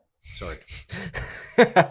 Sorry